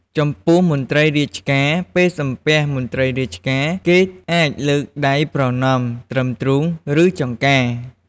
ចំពោះមន្ត្រីរាជការ ពេលសំពះមន្ត្រីរាជការ គេអាចលើកដៃប្រណម្យត្រឹមទ្រូង ឬចង្កា។